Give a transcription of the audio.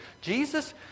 Jesus